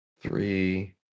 Three